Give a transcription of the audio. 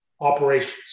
operations